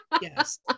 yes